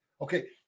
Okay